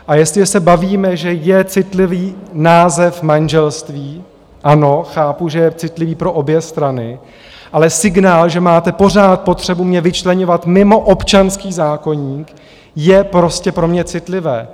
A jestliže se bavíme, že je citlivý název manželství, ano, chápu, že je citlivý pro obě strany, ale signál, že máte pořád potřebu mě vyčleňovat mimo občanský zákoník, je pro mě prostě citlivý.